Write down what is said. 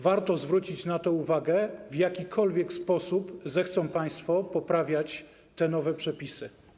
Warto zwrócić na to uwagę, w jakikolwiek sposób zechcą państwo poprawiać te nowe przepisy.